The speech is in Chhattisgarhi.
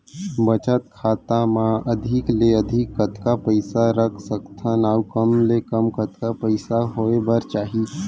बचत खाता मा अधिक ले अधिक कतका पइसा रख सकथन अऊ कम ले कम कतका पइसा होय बर चाही?